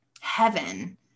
heaven